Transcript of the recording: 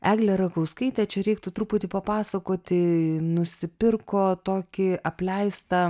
eglė rakauskaitė čia reiktų truputį papasakoti nusipirko tokį apleistą